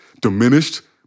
diminished